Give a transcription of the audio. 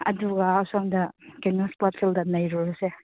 ꯑꯗꯨꯒ ꯑꯁꯣꯝꯗ ꯀꯩꯅꯣ ꯏꯁꯄꯣꯔꯠ ꯐꯤꯜꯗ ꯅꯩꯔꯨꯔꯁꯦ